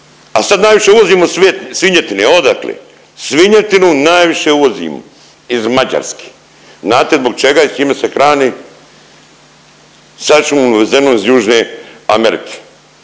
A sad najviše uvozimo svinjetine. Odakle? Svinjetinu najviše uvozimo iz Mađarske. Znate zbog čega i s čime se hrani? …/Govornik se ne